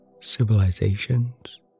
civilizations